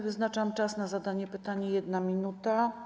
Wyznaczam czas na zadanie pytania - 1 minuta.